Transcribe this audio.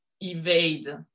evade